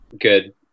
good